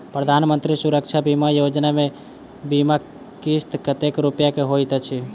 प्रधानमंत्री सुरक्षा बीमा योजना मे बीमा किस्त कतेक रूपया केँ होइत अछि?